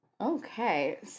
Okay